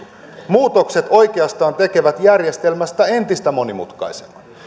muutokset oikeastaan tekevät järjestelmästä entistä monimutkaisemman